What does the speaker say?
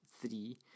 Three